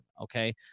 Okay